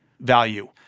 value